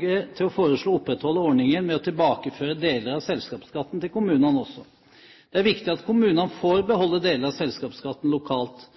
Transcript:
det til å foreslå å opprettholde ordningen med å tilbakeføre deler av selskapsskatten til kommunene også. Det er viktig at kommunene får beholde deler av selskapsskatten lokalt.